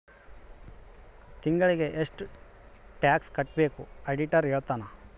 ತಿಂಗಳಿಗೆ ಎಷ್ಟ್ ಟ್ಯಾಕ್ಸ್ ಕಟ್ಬೇಕು ಆಡಿಟರ್ ಹೇಳ್ತನ